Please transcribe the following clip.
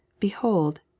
Behold